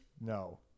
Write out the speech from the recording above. No